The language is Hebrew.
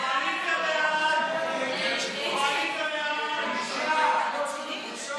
ההצעה להעביר את הצעת חוק לתיקון